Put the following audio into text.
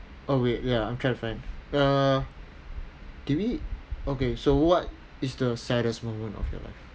oh wait ya I'm trying to find uh did we okay so what is the saddest moment of your life